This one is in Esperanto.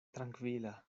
trankvila